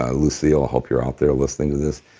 ah lucille. helped her out there listening to this.